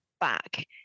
back